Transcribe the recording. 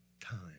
time